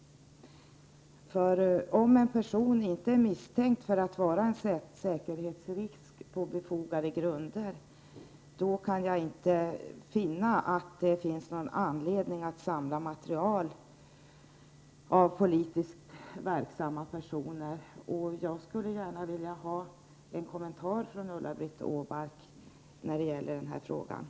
Om en politiskt verksam person inte på hållbara grunder är misstänkt för att vara en säkerhetsrisk, kan jag inte se att det finns någon anledning att samla material om vederbörande. För min del skulle jag när det gäller den frågan gärna vilja ha en kommentar av Ulla Britt Åbark.